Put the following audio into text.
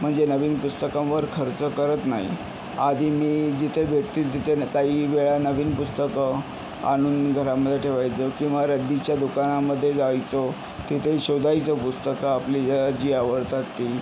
म्हणजे नवीन पुस्तकांवर खर्च करत नाही आधी मी जिथे भेटतील तिथे न काही वेळा नवीन पुस्तकं आणून घरामधे ठेवायचो किंवा रद्दीच्या दुकानामध्ये जायचो तिथे शोधायचं पुस्तकं आपली जी आवडतात ती